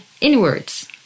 inwards